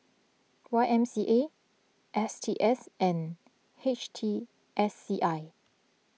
Y M C A S T S and H T S C I